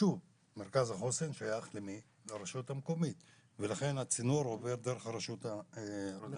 מרכז החוסן שייך לרשות המקומית ולכן הצינור עובר דרך הרשות המקומית.